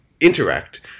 interact